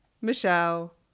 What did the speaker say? Michelle